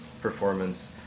performance